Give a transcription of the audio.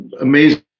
amazing